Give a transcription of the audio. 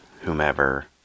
whomever